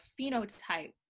phenotype